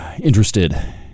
interested